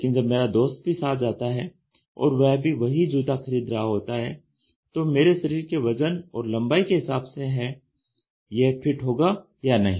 लेकिन जब मेरा दोस्त भी साथ जाता है और वह भी वही जूता खरीद रहा होता है तो मेरे शरीर के वजन और लंबाई के हिसाब से है यह फिट होगा या नहीं